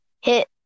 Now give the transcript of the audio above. hit